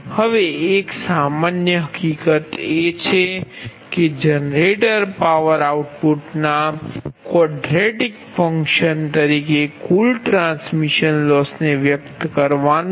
હવે એક સામાન્ય હકીકત એ છે કે જનરેટર પાવર આઉટપુટના ક્વોડ્રેટિક ફંક્શન તરીકે કુલ ટ્રાન્સમિશન લોસને વ્યક્ત કરવાની છે